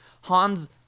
Hans